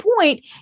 point